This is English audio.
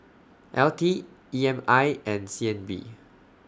L T E M I and C N B